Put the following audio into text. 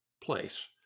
place